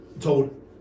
told